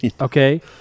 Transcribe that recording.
okay